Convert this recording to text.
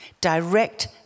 Direct